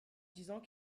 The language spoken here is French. disant